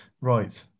Right